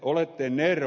olette nero